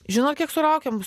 žinot kiek sulaukiam